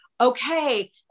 okay